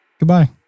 Goodbye